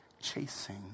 chasing